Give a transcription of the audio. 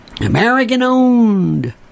American-owned